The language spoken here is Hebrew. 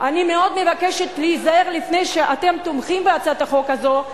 אני מאוד מבקשת להיזהר לפני שאתם תתמכו בהצעת החוק הזאת.